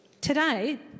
Today